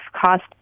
cost